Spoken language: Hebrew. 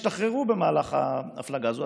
ישתחררו במהלך ההפלגה הזו,